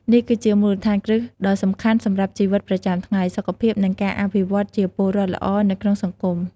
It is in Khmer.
នេះគឺជាមូលដ្ឋានគ្រឹះដ៏សំខាន់សម្រាប់ជីវិតប្រចាំថ្ងៃ សុខភាព និងការអភិវឌ្ឍជាពលរដ្ឋល្អនៅក្នុងសង្គម។